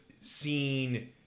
seen